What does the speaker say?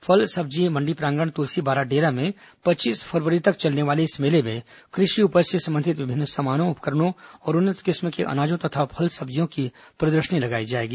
फल सब्जी मंडी प्रांगण तुलसी बाराडेरा में पच्चीस फरवरी तक चलने वाले इस मेले में कृषि उपज से संबंधित विभिन्न सामानों उपकरणों और उन्नत किस्म के अनाजों तथा फल सब्जियों की प्रदर्शनी लगाई जाएगी